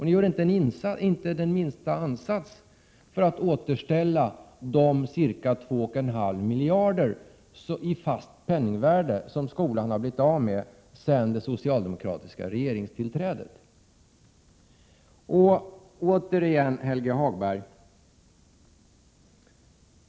Ni gör inte den minsta ansats för att återställa de ca 2,5 miljarder kronor i fast penningvärde som skolan har blivit av med sedan det socialdemokratiska regeringstillträdet.